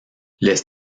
les